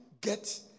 get